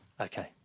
Okay